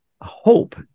hope